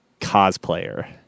cosplayer